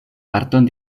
parton